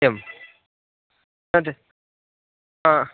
एवं तद् हा